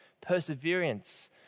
perseverance